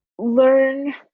Learn